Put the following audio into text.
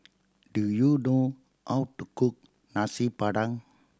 do you know how to cook Nasi Padang